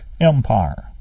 Empire